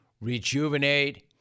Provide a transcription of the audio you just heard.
rejuvenate